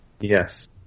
Yes